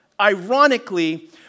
ironically